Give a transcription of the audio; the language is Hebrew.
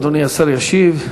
אדוני השר ישיב.